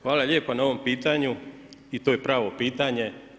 Hvala lijepa na ovom pitanju i to je pravo pitanje.